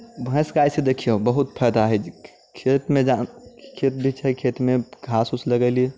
भैंसके गायसँ देखियौ बहुत फायदा हय खेतमे जा खेत छै खेतमे घास उस लगेली